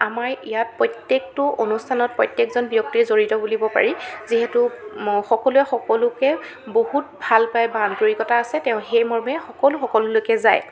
আমাৰ ইয়াত প্ৰত্যেকটো অনুষ্ঠানত প্ৰত্যেকজন ব্যক্তিয়ে জড়িত বুলিব পাৰি যিহেতু ম সকলোৱে সকলোকে বহুত ভাল পায় বা আন্তৰিকতা আছে তেওঁ সেই মৰ্মে সকলো সকলোলৈকে যায়